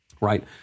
Right